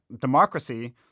democracy